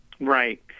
right